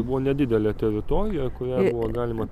tai buvo nedidelė teritorija kurią buvo galima